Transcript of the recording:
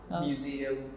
museum